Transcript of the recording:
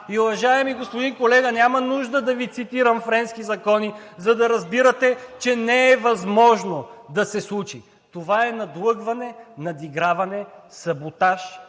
И, уважаеми господин колега, няма нужда да Ви цитирам френски закони, за да разбирате, че не е възможно да се случи. Това е надлъгване, надиграване, саботаж,